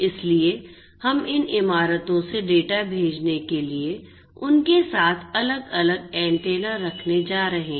इसलिए हम इन इमारतों से डेटा भेजने के लिए उनके साथ अलग अलग एंटेना रखने जा रहे हैं